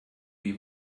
wie